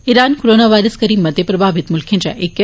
Iran coronavirus करी मते प्रभावित मुल्खें इचां इक ऐ